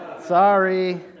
sorry